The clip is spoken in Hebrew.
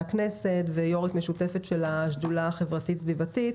הכנסת ויו"רית משותפת של השדולה החברתית-סביבתית,